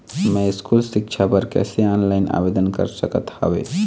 मैं स्कूल सिक्छा बर कैसे ऑनलाइन आवेदन कर सकत हावे?